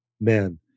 men